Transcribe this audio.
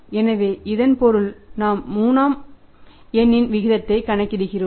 எனவே இதன் பொருள் நாம் 3 ஆம் எண்ணில் விகிதத்தைக் கணக்கிடுகிறோம்